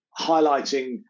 highlighting